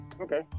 Okay